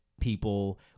people